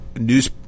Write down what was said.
news